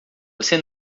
você